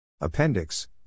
Appendix